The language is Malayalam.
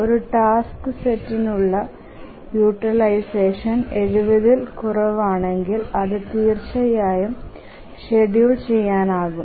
ഒരു ടാസ്ക് സെറ്റിനുള്ള യൂട്ടിലൈസഷൻ 70 ൽ കുറവാണെങ്കിൽ അത് തീർച്ചയായും ഷെഡ്യൂൾ ചെയ്യാനാകും